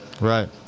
Right